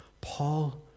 Paul